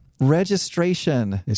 registration